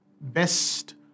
best